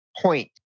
point